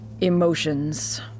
emotions